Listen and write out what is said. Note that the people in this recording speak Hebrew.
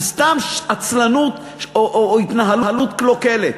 ולכן זה סתם עצלנות או התנהלות קלוקלת.